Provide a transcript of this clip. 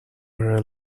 were